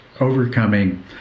overcoming